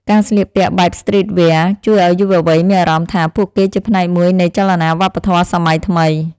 ការស្លៀកពាក់បែបស្ទ្រីតវែរ ជួយឱ្យយុវវ័យមានអារម្មណ៍ថា ពួកគេជាផ្នែកមួយនៃចលនាវប្បធម៌សម័យថ្មី។